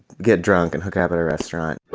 get drunk and hook up at a restaurant